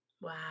Wow